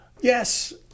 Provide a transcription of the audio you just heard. Yes